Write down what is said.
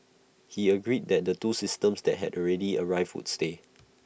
he agreed that the two systems that had already arrived full stay